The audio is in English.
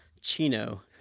Chino